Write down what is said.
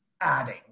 adding